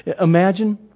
Imagine